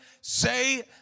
say